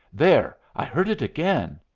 there! i heard it again!